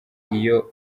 iyo